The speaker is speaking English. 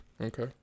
Okay